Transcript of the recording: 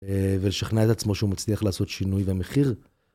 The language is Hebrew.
ולשכנע את עצמו שהוא מצליח לעשות שינוי במחיר.